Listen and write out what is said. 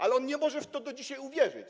Ale on nie może w to do dzisiaj uwierzyć.